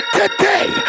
today